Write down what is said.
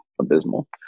abysmal